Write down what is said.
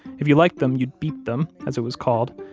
if you liked them, you'd beep them, as it was called.